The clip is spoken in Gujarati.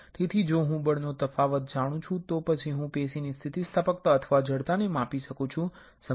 તેથી જો હું બળનો તફાવત જાણું છું તો પછી હું પેશીની સ્થિતિસ્થાપકતા અથવા જડતાને માપી શકું છું તે સમજાયું